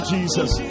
Jesus